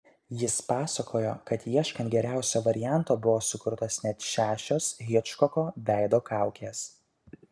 jis pasakojo kad ieškant geriausio varianto buvo sukurtos net šešios hičkoko veido kaukės